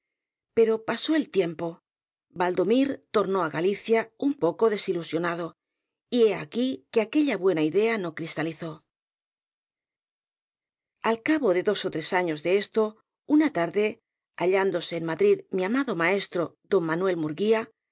pero pasó el tiempo baldomir tornó á galicia un poco desilusionado y he aquí que aquella buena idea no cristalizó al cabo de dos ó tres años de esto una tarde hallándose en madrid mi amado maestro d manuel murguía